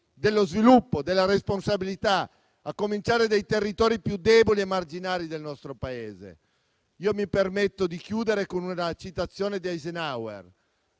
dello sviluppo e della responsabilità, a cominciare dai territori più deboli e marginali del nostro Paese. Mi permetto di chiudere con una citazione di Eisenhower: